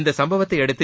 இந்த சம்பவத்தை அடுத்து